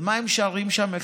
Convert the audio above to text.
ומה הם שרים שם?